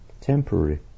temporary